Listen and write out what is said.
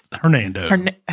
Hernando